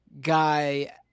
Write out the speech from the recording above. guy